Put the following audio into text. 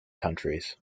countries